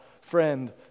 friend